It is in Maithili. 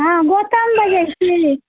होटल से बजै छी